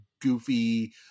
goofy